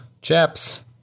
Chaps